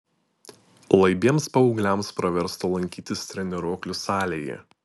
laibiems paaugliams praverstų lankytis treniruoklių salėje